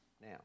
now